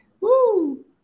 Woo